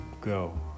go